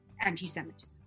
anti-Semitism